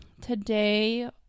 Today